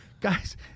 Guys